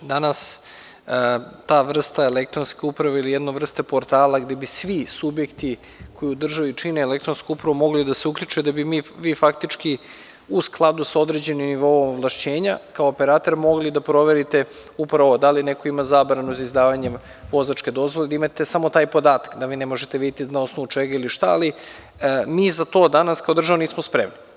Danas ta vrsta elektronske uprave ili jedna vrsta portala gde bi svi subjekti koji u državi čine elektronsku upravu mogli da se uključe da bi mi faktički u skladu sa određenim nivoom ovlašćenja kao operater mogli da proverite upravo da li neko ima zabranu za izdavanjem vozačke dozvole i da imate samo taj podatak, da vi ne možete videti na osnovu čega ili šta, ali mi za to danas kao država nismo spremni.